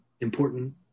important